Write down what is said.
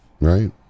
Right